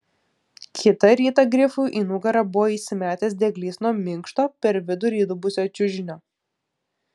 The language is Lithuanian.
kitą rytą grifui į nugarą buvo įsimetęs dieglys nuo minkšto per vidurį įdubusio čiužinio